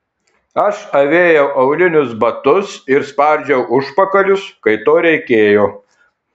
aš avėjau aulinius batus ir spardžiau užpakalius kai to reikėjo